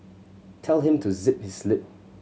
tell him to zip his lip